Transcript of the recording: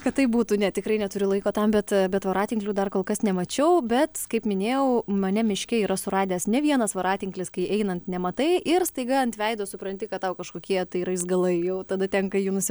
kad taip būtų ne tikrai neturiu laiko tam bet bet voratinklių dar kol kas nemačiau bet kaip minėjau mane miške yra suradęs ne vienas voratinklis kai einant nematai ir staiga ant veido supranti kad tau kažkokie tai raizgalai jau tada tenka jį nusi